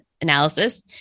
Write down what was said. analysis